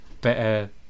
better